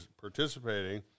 participating